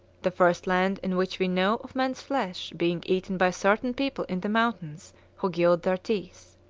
the first land in which we knew of men's flesh being eaten by certain people in the mountains who gild their teeth.